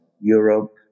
Europe